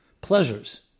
pleasures